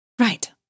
Right